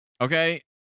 Okay